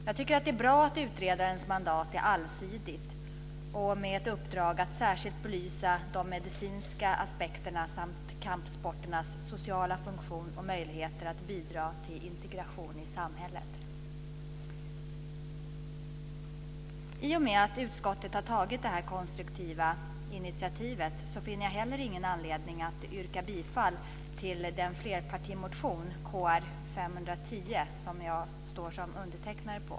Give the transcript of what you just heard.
Jag tycker att det är bra att utredarens mandat är allsidigt, med uppdrag att särskilt belysa de medicinska aspekterna samt kampsporternas sociala funktion och möjlighet att bidra till integration i samhället. I och med att utskottet har tagit det här konstruktiva initiativet finner jag ingen anledning att yrka bifall till den flerpartimotion, Kr510, som jag står som undertecknare på.